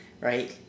right